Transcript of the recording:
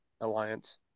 Alliance